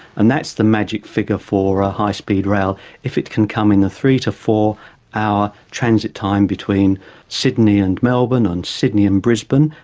and that's the magic figure for ah high speed rail if it can come in the three to four hour transit time between sydney and melbourne and sydney and brisbane,